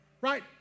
Right